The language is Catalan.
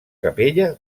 capella